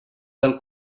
del